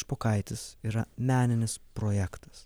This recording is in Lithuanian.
špokaitis yra meninis projektas